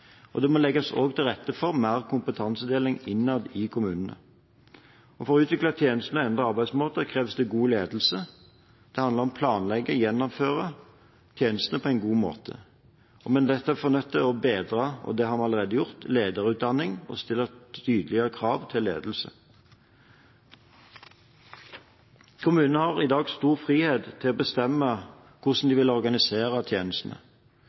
Det må også legges til rette for mer kompetansedeling innad i kommunene. For å utvikle tjenestene og endre arbeidsmåter kreves det god ledelse. Det handler om å planlegge og gjennomføre tjenestene på en god måte. Vi er derfor nødt til å bedre lederutdanningen – og det har vi allerede gjort – og stille tydelige krav til ledelse. Kommunene har i dag stor frihet til å bestemme hvordan de vil organisere tjenestene.